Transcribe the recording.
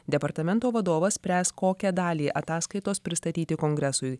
departamento vadovas spręs kokią dalį ataskaitos pristatyti kongresui